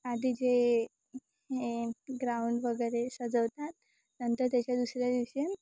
आधी जे हे ग्राउंड वगैरे सजवतात नंतर त्याच्या दुसऱ्या दिवशी